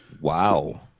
Wow